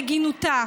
מעגינותה.